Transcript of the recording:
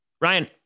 Ryan